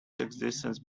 existence